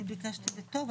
אני ביקשתי בטוב.